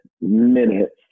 minutes